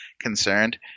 concerned